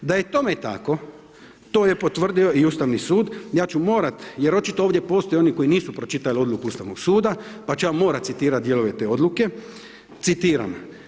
Da je tome tako, to je potvrdio i Ustavni sud, ja ću morat, jer očito ovdje postoje oni koji nisu pročitali odluku Ustavnog suda, pa ću ja morat citirat dijelove te odluke, citiram.